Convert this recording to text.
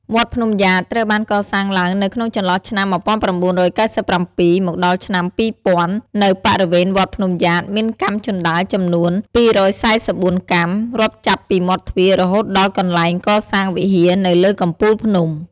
វត្តភ្នំយ៉ាត ត្រូវបានកសាងឡើងនៅក្នុងចន្លោះឆ្នាំ១៩៩៧ មកដល់ឆ្នាំ២០០០ នៅបរិវេនវត្តភ្នំយ៉ាត មានកាំជណ្តើរចំនួន២៤៤កាំ រាប់ចាប់ពីមាត់ទ្វាររហូតដល់កនែ្លងកសាងវិហារនៅលើកំពូលភ្នំ។